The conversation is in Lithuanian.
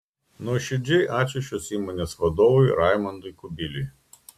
nuoširdžiai ačiū šios įmonės vadovui raimundui kubiliui